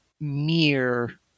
mere